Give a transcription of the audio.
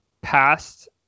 past